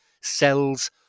cells